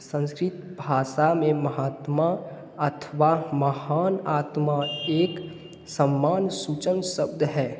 संस्कृत भाषा में महात्मा अथवा महान आत्मा एक सम्मान सूचन शब्द है